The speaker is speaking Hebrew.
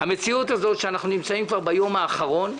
המציאות הזאת שאנחנו נמצאים כבר ביום האחרון,